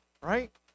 right